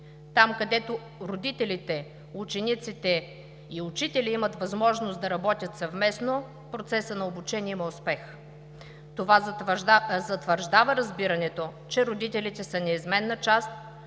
Там, където родители, ученици и учители имат възможността да работят съвместно, процесът на обучение има успех. Това затвърждава разбирането, че родителите са неизменна част